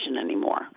anymore